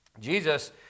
Jesus